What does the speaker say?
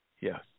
Yes